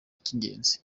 cy’ingenzi